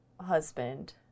husband